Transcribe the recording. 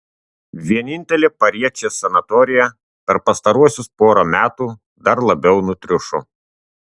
vienintelė pariečės sanatorija per pastaruosius porą metų dar labiau nutriušo